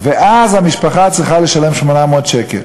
ואז המשפחה צריכה לשלם 800 שקל.